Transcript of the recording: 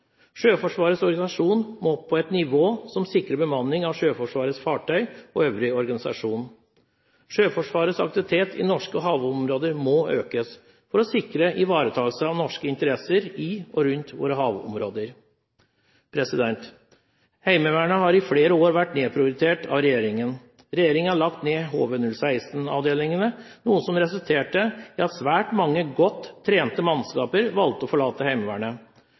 Sjøforsvarets organisasjon må opp på et nivå som sikrer bemanning av Sjøforsvarets fartøyer og øvrig organisasjon. Sjøforsvarets aktivitet i norske havområder må økes for å sikre ivaretakelse av norske interesser i og rundt våre havområder. Heimevernet har i flere år vært nedprioritert av regjeringen. Regjeringen har lagt ned HV-016-avdelingene, noe som resulterte i at svært mange godt trente mannskaper valgte å forlate Heimevernet.